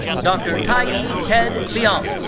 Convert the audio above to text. dr. taiee ted liang.